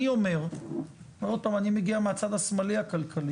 אני מגיע מהצד השמאלי הכלכלי.